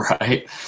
right